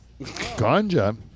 Ganja